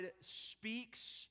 speaks